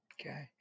Okay